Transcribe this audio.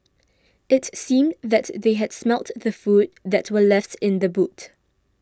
it seemed that they had smelt the food that were left in the boot